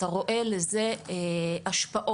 אתה רואה לזה השפעות,